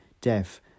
death